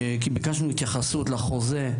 כי ביקשנו התייחסות לחוזה,